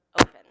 open